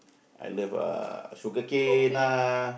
I love uh sugarcane ah